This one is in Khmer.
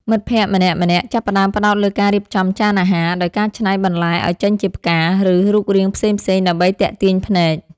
មិត្តភក្តិម្នាក់ៗចាប់ផ្ដើមផ្ដោតលើការរៀបចំចានអាហារ ដោយការច្នៃបន្លែឱ្យចេញជាផ្កា ឬរូបរាងផ្សេងៗដើម្បីទាក់ទាញភ្នែក។